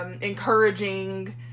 encouraging